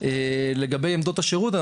לגבי עמדות השירות,